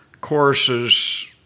courses